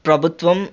ప్రభుత్వం